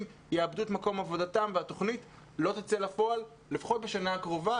יאבדו את מקום עבודתם והתוכנית לא תצא לפועל לפחות בשנה הקרובה,